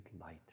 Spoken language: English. light